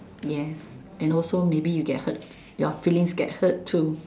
yes and also maybe you get hurt your feelings get hurt too